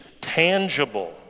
tangible